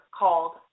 called